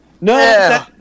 No